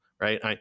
right